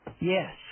Yes